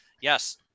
yes